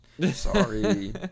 Sorry